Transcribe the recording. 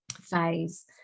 phase